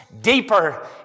deeper